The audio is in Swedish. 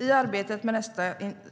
I arbetet med nästa